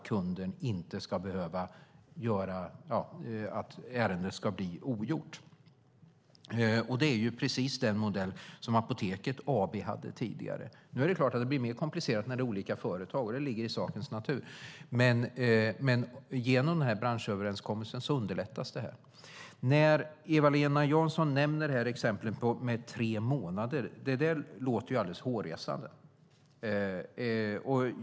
Kundens ärende ska inte behöva bli ogjort. Det är precis den modell som Apoteket AB hade tidigare. Nu är det klart att det blir mer komplicerat när det är olika företag. Det ligger i sakens natur. Men genom den här branschöverenskommelsen underlättas detta. Eva-Lena Jansson nämner ett exempel med tre månaders dröjsmål. Det låter alldeles hårresande.